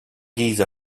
giza